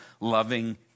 loving